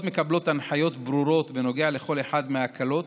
הלשכות מקבלות הנחיות ברורות בנוגע לכל אחת מההקלות,